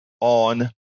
on